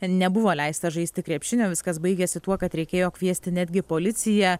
nebuvo leista žaisti krepšinio viskas baigėsi tuo kad reikėjo kviesti netgi policiją